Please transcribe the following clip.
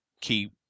keep